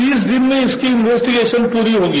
तीस दिन में इसकी इन्वेस्टीगेशन पूरी होगी